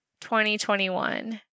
2021